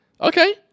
Okay